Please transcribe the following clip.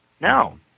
No